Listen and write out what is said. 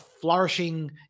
flourishing